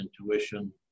intuition